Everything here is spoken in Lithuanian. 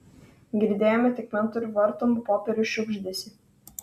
girdėjome tik mentorių vartomų popierių šiugždesį